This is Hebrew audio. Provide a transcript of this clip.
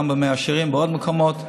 גם במאה שערים ובעוד מקומות,